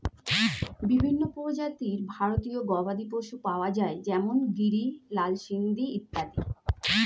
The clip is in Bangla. বিভিন্ন প্রজাতির ভারতীয় গবাদি পশু পাওয়া যায় যেমন গিরি, লাল সিন্ধি ইত্যাদি